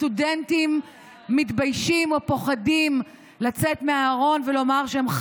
סטודנטים מתביישים או פוחדים לצאת מהארון ולומר שהם,